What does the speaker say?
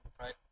right